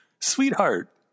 Sweetheart